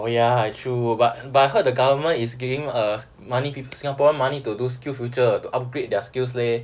orh ya true but but I heard the government is giving uh money uh singaporeans money to do skill future to upgrade their skills leh